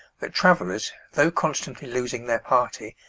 that travellers, though constantly losing their party,